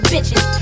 Bitches